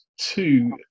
two